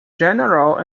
general